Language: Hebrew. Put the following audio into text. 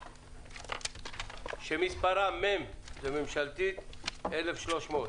שמספרה מ/1300.